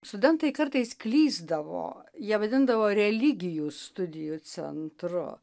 studentai kartais klysdavo jie vadindavo religijų studijų centru